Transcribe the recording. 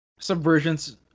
subversions